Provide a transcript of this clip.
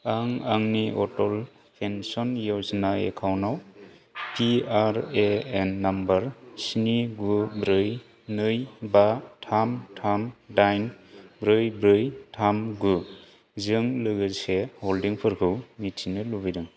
आं आंनि Atal pension Yojana account आव P R A N number स्नि गु ब्रै नै बा थाम थाम दाइन ब्रै ब्रै थाम गुजों लोगोसे हल्डिंफोरखौ मिथिनो लुबैदों